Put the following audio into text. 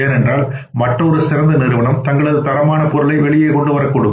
ஏனென்றால் மற்றொரு சிறந்த நிறுவனம் தங்களது தரமான பொருளை வெளியே கொண்டுவரக்கூடும்